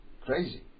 crazy